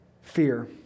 fear